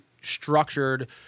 structured